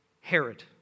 Herod